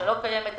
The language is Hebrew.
שלא קיימת היום,